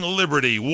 liberty